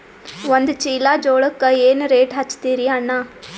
ಒಂದ ಚೀಲಾ ಜೋಳಕ್ಕ ಏನ ರೇಟ್ ಹಚ್ಚತೀರಿ ಅಣ್ಣಾ?